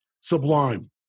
sublime